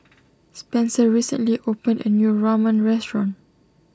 Spencer recently opened a new Ramen restaurant